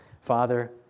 Father